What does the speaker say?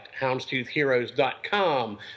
houndstoothheroes.com